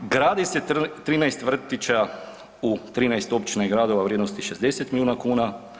Gradi se 13 vrtića u 13 općina i gradova u vrijednosti od 60 milijuna kuna.